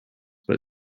but